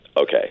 Okay